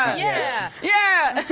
yeah. yeah!